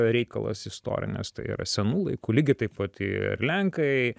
reikalas istorinės tai yra senų laikų lygiai taip pat į ir lenkai